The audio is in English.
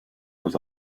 was